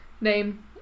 Name